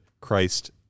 Christ